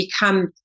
become